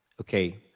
Okay